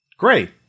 great